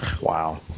Wow